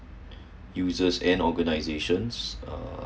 users and organisations uh